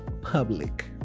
public